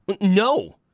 No